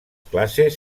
classes